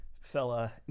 fella